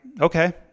okay